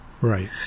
Right